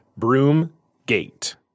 Broomgate